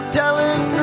telling